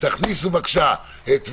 תכניסו בבקשה את טבריה,